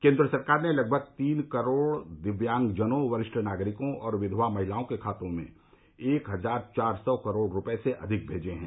केन्द्र सरकार ने लगभग तीन करोड़ दिव्यांगजनों वरिष्ठ नागरिकों और विधवा महिलाओं के खाते में एक हजार चार सौ करोड़ रुपए से अधिक भेजे हैं